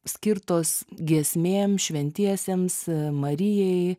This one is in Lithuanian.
skirtos giesmėm šventiesiems marijai